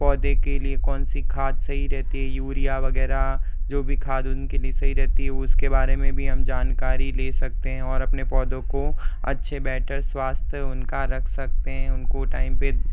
पौधे के लिए कौन सी खाद सही रहती है यूरिया वगैरह जो भी खाद उनके लिए सही रहती है उसके बारे में भी हम जानकारी ले सकते हैं और अपने पौधों को अच्छे बेटर स्वास्थ्य उनका रख सकते हैं उनको टाइम पे